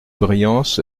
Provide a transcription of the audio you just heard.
briens